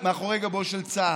הרמטכ"ל, מאחורי גבו של צה"ל.